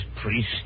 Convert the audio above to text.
priest